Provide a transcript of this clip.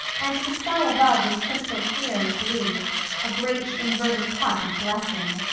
and the sky above was crystal clear and blue a great inverted cup of blessing.